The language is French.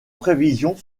prévisions